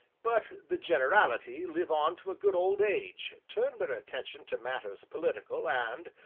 but the generality live on to a good old age, turn their attention to matters political and,